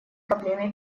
проблеме